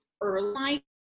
early